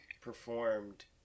performed